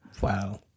Wow